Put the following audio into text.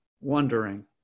wondering